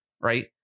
right